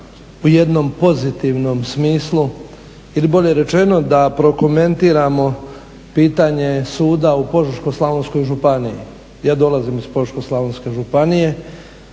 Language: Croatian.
u jednom pozitivnom smislu ili bolje rečeno da prokomentiramo pitanje suda u Požeško-slavonskoj županiji. Ja dolazim iz Požeško-slavonske županije.